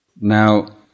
Now